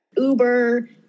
Uber